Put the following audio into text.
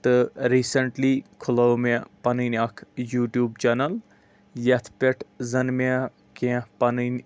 تہٕ ریٖسَنٛٹلی کھُلٲو مےٚ پَنٕنۍ اَکھ یوٗٹوٗب چَنَل یَتھ پٮ۪ٹھ زَن مےٚ کینٛہہ پَنٕنۍ